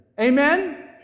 Amen